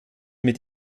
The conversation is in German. mit